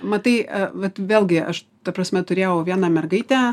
matai vat vėlgi aš ta prasme turėjau vieną mergaitę